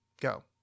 Go